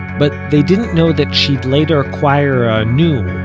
but they didn't know that she'd later acquire a new,